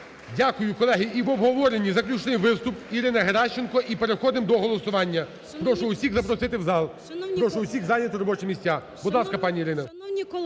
Дякую. Колеги, і в обговоренні заключний виступ Ірини Геращенко і переходимо до голосування. Прошу усіх запросити в зал, прошу усіх зайняти робочі місця. Будь ласка, пані Ірина.